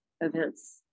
events